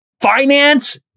finance